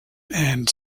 and